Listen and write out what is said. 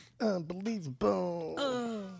Unbelievable